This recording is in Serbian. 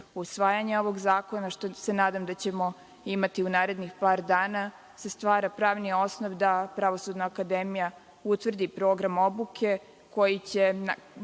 usvajanja ovog zakona što se nadam da ćemo imati u narednih par dana, stvara se pravni osnov da Pravosudna akademija utvrdi program obuke, koji će